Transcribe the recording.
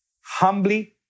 Humbly